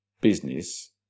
business